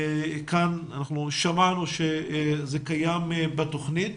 אנחנו שמענו שזה קיים בתוכנית